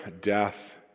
death